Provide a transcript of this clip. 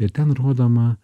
ir ten rodoma